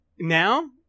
Now